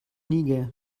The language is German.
niger